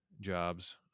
jobs